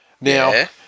Now